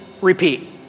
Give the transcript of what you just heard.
Repeat